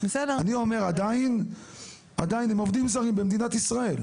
אני אומר עדיין הם עובדים זרים במדינת ישראל,